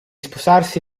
sposarsi